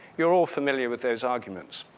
you're all familiar with those arguments.